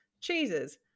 cheeses